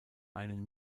einen